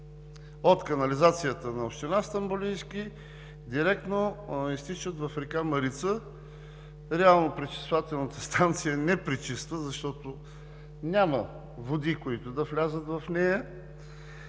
от канализацията на община Стамболийски директно изтичат в река Марица. Реално пречиствателната станция не пречиства, защото няма води, които да влязат в нея.